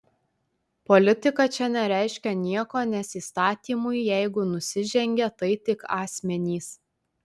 politika čia nereiškia nieko nes įstatymui jeigu nusižengė tai tik asmenys